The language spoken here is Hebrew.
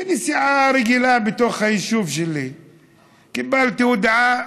בנסיעה רגילה בתוך היישוב שלי קיבלתי הודעה,